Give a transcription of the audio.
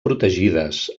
protegides